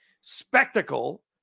spectacle